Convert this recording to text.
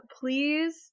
please